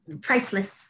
priceless